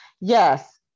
Yes